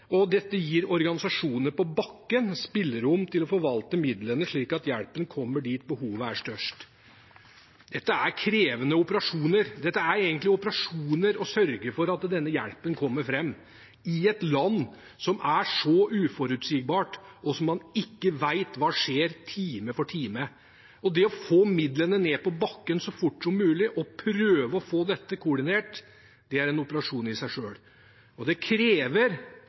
og dette gir organisasjonene på bakken spillerom til å forvalte midlene slik at hjelpen kommer dit behovet er størst. Dette er krevende operasjoner. Dette er egentlig operasjoner for å sørge for at hjelpen kommer fram i et land som er så uforutsigbart, og der man – time for time – ikke vet hva skjer. Det å få midlene ned på bakken så fort som mulig og prøve å få dette koordinert er en operasjon i seg selv. Det krever